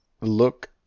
Look